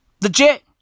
Legit